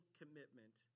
commitment